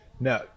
No